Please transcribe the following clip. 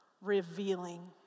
revealing